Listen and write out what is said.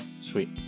Sweet